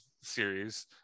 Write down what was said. series